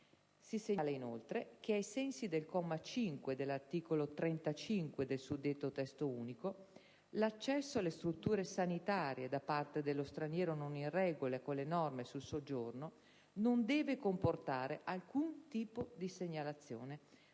Si segnala inoltre che, ai sensi del comma 5 dell'articolo 35 del suddetto Testo unico, l'accesso alle strutture sanitarie da parte dello straniero non in regola con le norme sul soggiorno non deve comportare alcun tipo di segnalazione